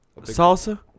Salsa